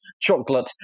chocolate